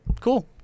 cool